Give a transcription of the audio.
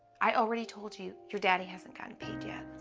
i already told you, your daddy hasn't gotten paid yet.